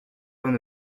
vingt